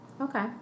okay